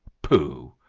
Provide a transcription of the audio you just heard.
pooh!